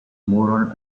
more